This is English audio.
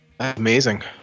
Amazing